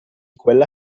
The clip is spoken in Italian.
quella